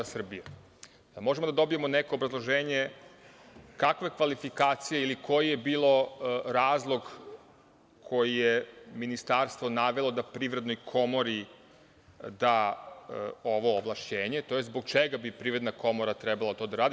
Da li možemo da dobijemo neko obrazloženje kakve kvalifikacije ili koji je bio razlog koji je ministarstvo navelo da Privrednoj komori da ovo ovlašćenje, tj. zbog čega bi Privredna komora trebala to da radi?